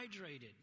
hydrated